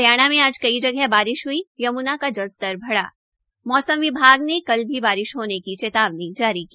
हरियाणा में आज कई जगह बारिश ह्ई यम्नानगर का जल स्तर बढ़ा मौसम विभाग ने कल भी बारिश होने की चेतावनी जारी की